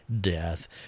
death